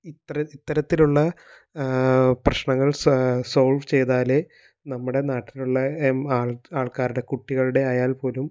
ഇത്ര ഇത്തരത്തിലുള്ള പ്രശ്നങ്ങൾ സോൾവ് ചെയ്താലെ നമ്മുടെ നാട്ടിലുള്ള എം ആൾ ആൾക്കാരുടെ കുട്ടികളുടെ ആയാൽ പോലും